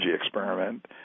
experiment